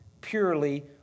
purely